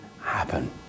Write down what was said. happen